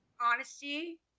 honesty